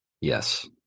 Yes